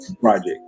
project